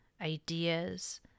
ideas